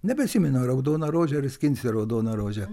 nebeatsimenu ar raudona rožė ar skinsiu raudoną rožę